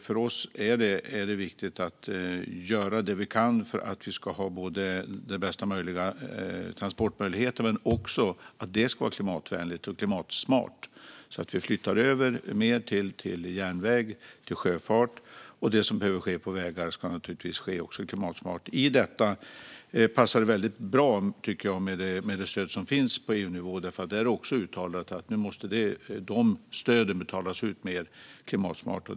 För oss är det viktigt att göra det vi kan för att vi ska ha de bästa transportmöjligheterna, men också för att det ska vara klimatvänligt och klimatsmart. Vi flyttar över mer till järnväg och sjöfart, och det som behöver ske på vägar ska naturligtvis också ske klimatsmart. I detta passar de stöd som finns på EU-nivå väldigt bra, tycker jag, för det är uttalat att stöden måste betalas ut mer klimatsmart.